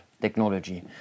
technology